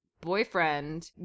boyfriend